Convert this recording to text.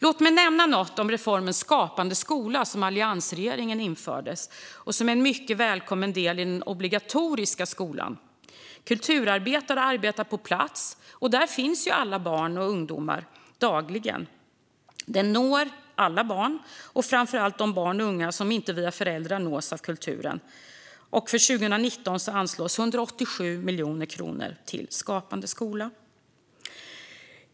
Låt mig nämna något om reformen Skapande skola, som alliansregeringen införde och som är en mycket välkommen del i den obligatoriska skolan. Kulturarbetare arbetar på plats. Där finns ju alla barn och ungdomar dagligen. Den når alla barn, och framför allt de barn och unga som inte via föräldrar nås av kulturen. För 2019 anslås 187 miljoner kronor till Skapande skola.